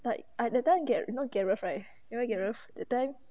but I that time get you know gareth right you know gareth that time